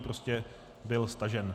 Prostě byl stažen.